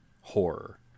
horror